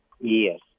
Yes